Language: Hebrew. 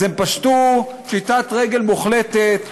אז הם פשטו פשיטת רגל מוחלטת.